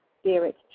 spirit